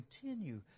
continue